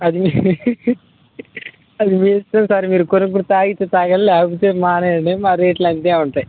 అది మీ అది మీ ఇష్టం సార్ మీరు కొనుక్కుని తాగితేే తాగలి లేకపోతేే మానేయడి మా రేట్లంతే ఉంటాయి